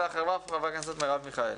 ואחריו חברת הכנסת מרב מיכאלי.